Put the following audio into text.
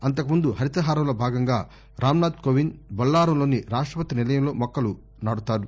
అంతకుముందు హరితహారంలో భాగంగా రామ్నాథ్కోవింద్ బొల్లారంలోని రాష్టపతి నిలయంలో మొక్కలు నాటుతారు